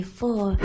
four